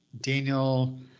Daniel